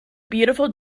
beautiful